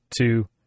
two